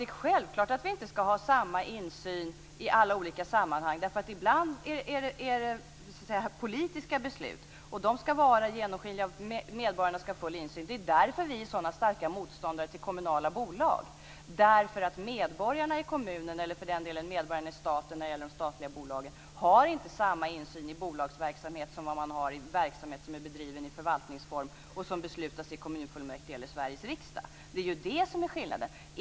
Det är självklart att vi inte skall ha samma insyn i alla sammanhang. Ibland är det politiska beslut. De skall vara genomskinliga, och medborgarna skall ha full insyn. Det är därför vi är så starka motståndare till kommunala bolag. Medborgarna i kommunen - för den delen medborgarna i staten när det gäller de statliga bolagen - har inte samma insyn i bolagsverksamhet som man har i verksamhet som är bedriven i förvaltningsform och som beslutas i kommunfullmäktige eller Sveriges riksdag. Det är det som är skillnaden.